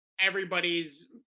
everybody's